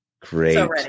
Great